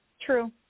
True